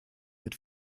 mit